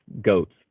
Goats